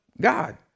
God